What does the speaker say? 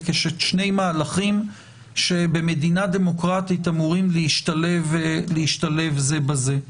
כשני מהלכים שבמדינה דמוקרטית אמורים להשתלב זה בזה.